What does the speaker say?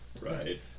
Right